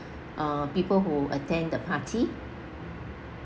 uh people who attend the party